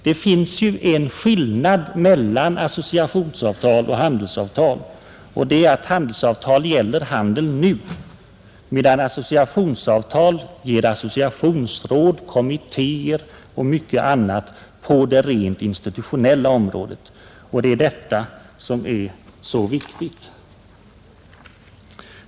Det finns ju en skillnad mellan associationsavtal och handelsavtal, och skillnaden är att handelsavtal gäller handeln nu, medan associationsavtal ger associationsråd, kommittéer och mycket annat på det rent institutio nella området, och det är detta som är så viktigt.